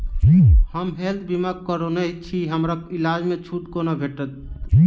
हम हेल्थ बीमा करौने छीयै हमरा इलाज मे छुट कोना भेटतैक?